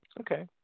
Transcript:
Okay